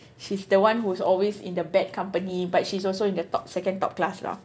she's the one who's always in the bad company but she's also in the top second top class lah